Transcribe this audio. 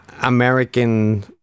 American